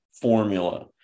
formula